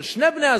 של שני בני-הזוג,